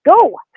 go